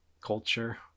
culture